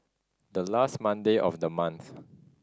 the last Monday of the month